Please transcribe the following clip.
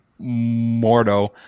Mordo